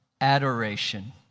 adoration